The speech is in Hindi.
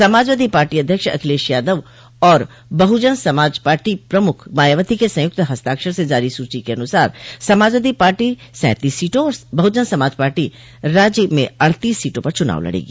समाजवादी पार्टी अध्यक्ष अखिलेश यादव और बहुजन समाज पार्टी प्रमुख मायावती के संयुक्त हस्ताक्षर से जारी स्ची के अनुसार समाजवादी पार्टी सैंतीस सीटों और बहुजन समाज पार्टी राज्य में अड़तीस सीटों पर चुनाव लड़ेगी